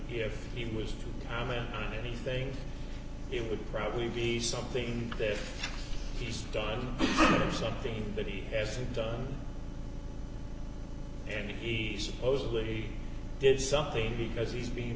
if he was a man i know anything it would probably be something that he's done something that he hasn't done and he supposedly did something because he's being